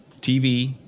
TV